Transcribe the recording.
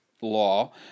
law